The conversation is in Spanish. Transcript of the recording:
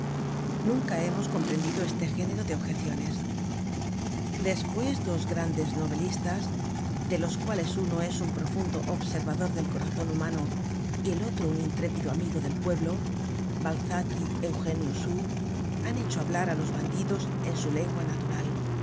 content from google book search generated at despues dos grandes novelistas de los cuales uno es un profundo observador del corazon humano y el otro un intrépido amigo del pueblo balzac y eugenio sue han hecho hablar á los bandidos en su lengua natural